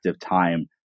time